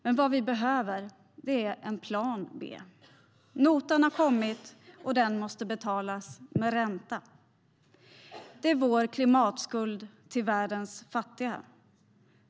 Men vad vi behöver är en plan B. Notan har kommit och den måste betalas - med ränta. Det är vår klimatskuld till världens fattiga.